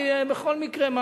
אני בכל מקרה,